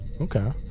Okay